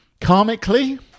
Karmically